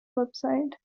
website